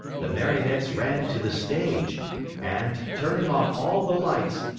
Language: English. the marionettes ran to the stage and, turning on all the lights,